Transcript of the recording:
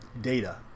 data